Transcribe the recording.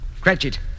Cratchit